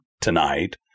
tonight